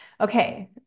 okay